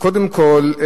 קודם כול,